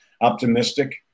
optimistic